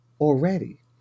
already